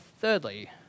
thirdly